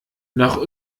noch